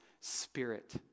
Spirit